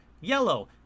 yellow